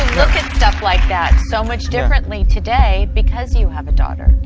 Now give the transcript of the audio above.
look at stuff like that so much differently today because you have a daughter.